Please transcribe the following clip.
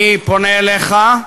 אני פונה אליך,